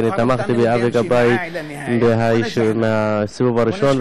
תמכתי באבי גבאי מהסיבוב הראשון,